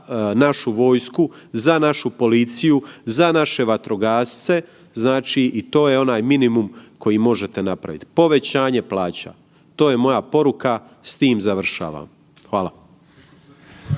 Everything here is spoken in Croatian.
našu vojsku, za našu policiju, za naše vatrogasce, znači i to je onaj minimum koji možete napravit, povećanje plaća, to je moja poruka, s tim završavam. Hvala.